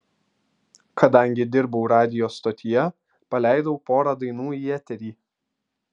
kadangi dirbau radijo stotyje paleidau porą dainų į eterį